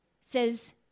says